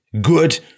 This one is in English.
Good